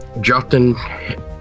Justin